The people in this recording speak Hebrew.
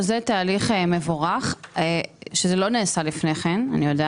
זה תהליך מבורך שאני יודעת לא נעשה לפני כן.